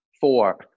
four